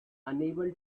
unable